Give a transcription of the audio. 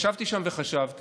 ישבתי שם וחשבתי,